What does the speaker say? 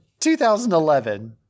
2011